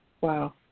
Wow